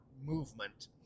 movement